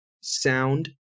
sound